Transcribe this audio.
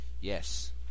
Yes